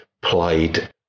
played